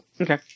Okay